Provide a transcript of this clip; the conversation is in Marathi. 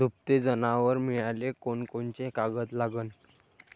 दुभते जनावरं मिळाले कोनकोनचे कागद लागन?